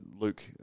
Luke